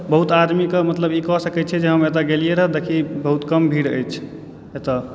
बहुत आदमीके मतलब ई कहि सकैत छै जे हम एतय गेलियै रहऽ देखही बहुत कम भीड़ अछि एतय